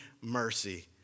mercy